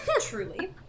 Truly